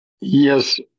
Yes